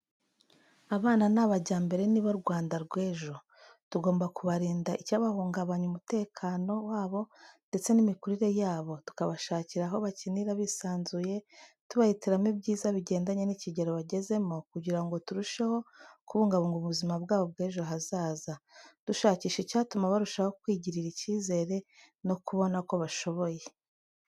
Abana ni abajyambere nibo Rwanda rw'ejo. Tugomba kubarinda icyahungabanya umutekano wabo ndetse n'imikurire yabo, tubashakira aho bakinira bisanzuye tubahitiramo ibyiza bigendanye n'ikigero bagezemo kugira ngo turusheho kubungabunga ubuzima bwabo bw'ejo hazaza, dushakisha icyatuma barushaho kwigirira icyizere no kubona ko bashoboye.